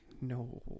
no